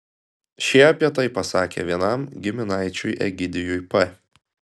šie apie tai pasakė vienam giminaičiui egidijui p